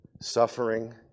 suffering